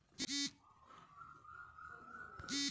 real estate ಅನ್ನು liquidity ಎಂದು ಹೇಳಲು ಬರುವುದಿಲ್ಲ